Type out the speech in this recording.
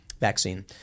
vaccine